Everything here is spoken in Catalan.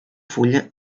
fulla